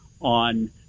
on